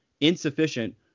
insufficient